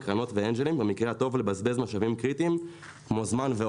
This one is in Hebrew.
כמו זמן והון של המיזם עצמו על מנת לצלוח את הגיוס.